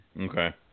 Okay